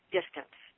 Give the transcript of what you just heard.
distance